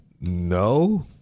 no